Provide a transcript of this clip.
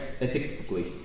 ethically